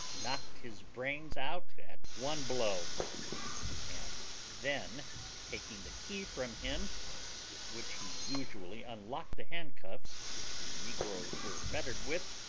knocked his brains out at one blow and then taking the key from him with which he usually unlocked the handcuffs which the negroes were fettered with,